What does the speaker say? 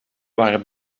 waren